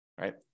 right